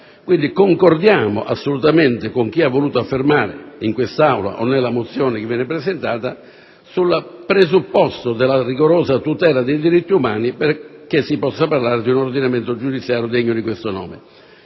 quindi, concordiamo assolutamente con chi ha voluto affermare, in quest'Aula o nelle mozioni presentate, il presupposto della rigorosa tutela dei diritti umani perché si possa parlare di un ordinamento giudiziario degno di questo nome.